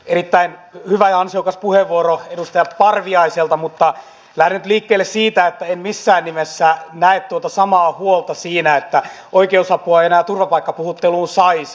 erittäin hyvä ja ansiokas puheenvuoro edustaja parviaiselta mutta lähden nyt liikkeelle siitä että en missään nimessä näe tuota samaa huolta että oikeusapua ei enää turvapaikkapuhutteluun saisi